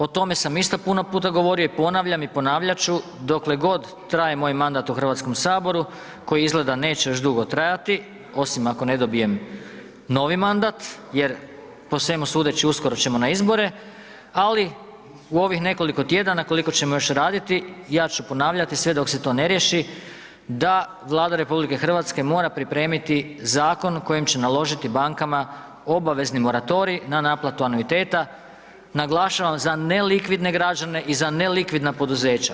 O tome sam isto puno puta govorio i ponavljam i ponavljat ću dokle god traje moj mandat u Hrvatskom saboru koji izgleda neće još dugo trajati osim ako ne dobijem novi mandat jer po svemu sudeći uskoro ćemo na izbore, ali u ovih nekoliko tjedana koliko ćemo još raditi ja ću ponavljati sve dok se to ne riješi da Vlada RH mora pripremiti zakon kojim će naložiti bankama obavezni moratorij na naplatu anuiteta, naglašavam za nelikvidne građane i za nelikvidna poduzeća.